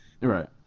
Right